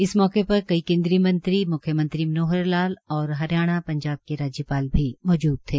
इस मौके पर कई केन्द्रीय मंत्री म्ख्यमंत्री मनोहर लाल और हरियाणा पंजाब के राज्यपाल भी मौजूद थे